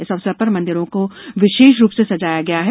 इस अवसर पर मंदिरों को विशेष रूप से सजाया गया है